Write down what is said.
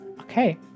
Okay